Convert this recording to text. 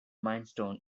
milestone